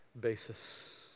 basis